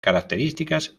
características